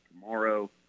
tomorrow